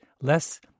less